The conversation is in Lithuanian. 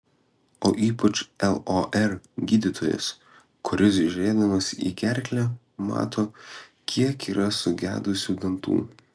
o ypač lor gydytojas kuris žiūrėdamas į gerklę mato kiek yra sugedusių dantų